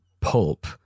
pulp